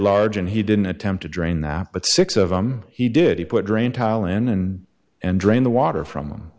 large and he didn't attempt to drain that but six of them he did he put drain tile in and and drain the water from